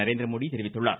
நரேந்திரமோடி தெரிவித்துள்ளார்